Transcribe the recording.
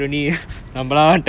orh